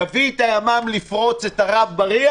יביא את הימ"מ לפרוץ את הרב-בריח?